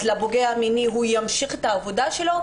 אז הפוגע המיני ימשיך את העבודה שלו.